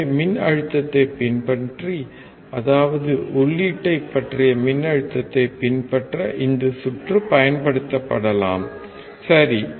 எனவே மின்னழுத்தத்தைப் பின்பற்றி அதாவது உள்ளீட்டைப் பற்றிய மின்னழுத்தத்தைப் பின்பற்ற இந்த சுற்று பயன்படுத்தப்படலாம் சரி